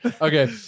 Okay